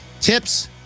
Tips